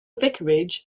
vicarage